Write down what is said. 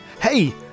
Hey